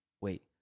wait